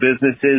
businesses